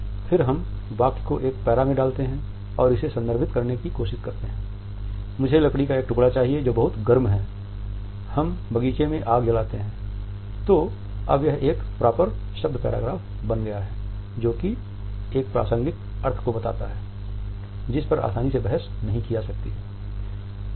फिर हम वाक्य को एक पैरा में डालते हैं और इसे संदर्भित करने की कोशिश करते है मुझे लकड़ी का एक टुकड़ा चाहिए जो बहुत गर्म है हम बगीचे में आग जलातेतो अब यह एक प्रॉपर शब्द पैराग्राफ बन गया है जो एक प्रासंगिक अर्थ को बताता है जिस पर आसानी से बहस नहीं की जा सकती है